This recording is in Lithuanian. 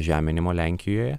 žeminimo lenkijoje